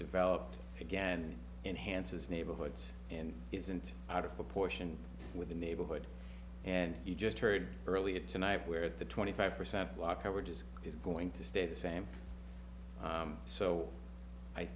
developed again enhanced is neighborhoods and isn't out of proportion with the neighborhood and you just heard earlier tonight where the twenty five percent block and we're just it's going to stay the same so i